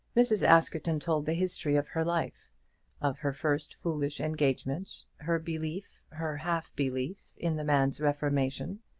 mrs. askerton told the history of her life of her first foolish engagement, her belief, her half-belief, in the man's reformation,